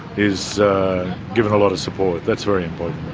is given a lot of support that's very important.